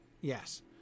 yes